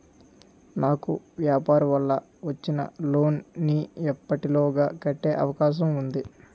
నాకు వ్యాపార వల్ల వచ్చిన లోన్ నీ ఎప్పటిలోగా కట్టే అవకాశం ఉంది?